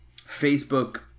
Facebook